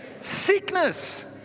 sickness